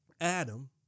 Adam